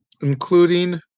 including